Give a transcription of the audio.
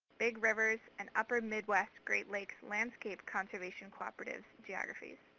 big rivers, and upper midwest great lakes landscape conservation cooperatives geographies.